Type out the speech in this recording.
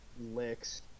licks